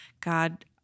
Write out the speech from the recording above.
God